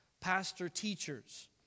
pastor-teachers